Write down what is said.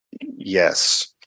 Yes